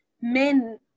men